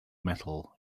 metal